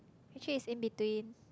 actually is in between